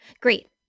Great